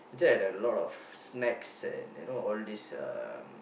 inside there a lot of snacks and you know all these um